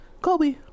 Kobe